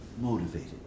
motivated